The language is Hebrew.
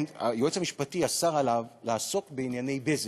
היועץ המשפטי אסר עליו לעסוק בענייני "בזק",